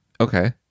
okay